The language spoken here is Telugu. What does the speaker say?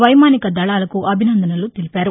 వైమానిక దళాలకు అభినందనలు తెలిపారు